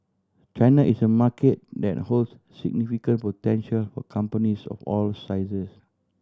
China is a market that holds significant potential for companies of all sizes